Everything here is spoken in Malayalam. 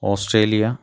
ഓസ്ട്രേലിയ